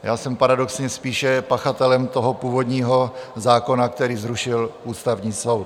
Já jsem paradoxně spíše pachatelem toho původního zákona, který zrušil Ústavní soud.